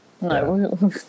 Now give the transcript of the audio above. No